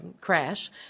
crash